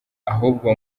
ahubwo